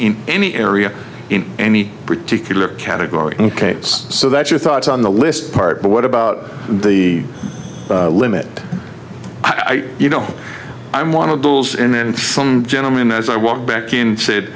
in any area in any particular category ok so that's your thoughts on the list part but what about the limit i'd you know i'm one of those and then some gentlemen as i walk back in said